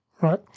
right